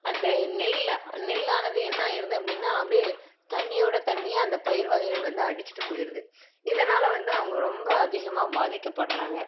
அந்த நெல்லை நெல்லானது என்னாயிடுது அப்படின்னா அப்படியே தண்ணியோடு தண்ணியாக அந்த பயிர் வகைகள் வந்து அடிச்சுட்டு போயிடுது இதனால் வந்து அவங்க ரொம்ப அதிகமாக பாதிக்கப்படுறாங்க